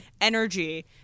energy